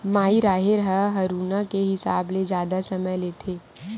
माई राहेर ह हरूना के हिसाब ले जादा समय लेथे